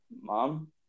mom